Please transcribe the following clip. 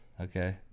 Okay